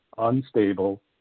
unstable